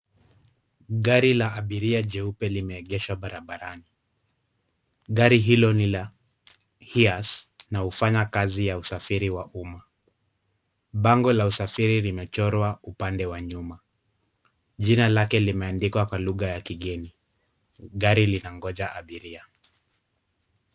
Gari la abiria jeupe limeegeshwa barabarani, gari hilo ni la hearse na hufanya kazi ya usafiri wa uma , bango la usafiri limechorwa upande wa nyuma . Jina lake limeandikwa kwa lugha ya kigeni , gari lina ngoja abiria .